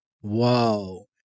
Whoa